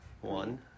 One